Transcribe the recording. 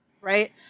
right